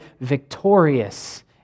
victorious